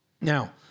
Now